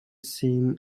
scene